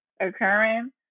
Occurring